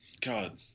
god